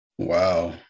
Wow